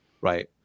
Right